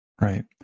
Right